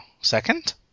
second